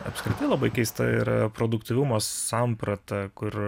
apskritai labai keista yra produktyvumo samprata kur